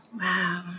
Wow